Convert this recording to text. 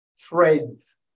threads